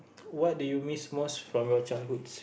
what do you miss most from your childhoods